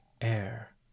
air